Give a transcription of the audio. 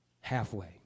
halfway